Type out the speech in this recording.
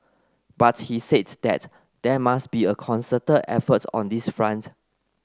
but he said that there must be a concerted effort on this front